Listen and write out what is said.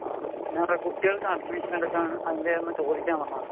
ആ ഞാൻ കുട്ടികൾക്ക് അഡ്മിഷനെടുക്കാൻ എന്തുചെയ്യണമെന്നു ചോദിക്കാൻ വന്നതാണ്